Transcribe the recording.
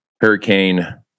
Hurricane